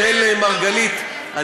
אראל מרגלית,